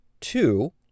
two